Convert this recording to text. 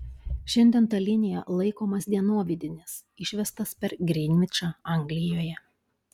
šiandien ta linija laikomas dienovidinis išvestas per grinvičą anglijoje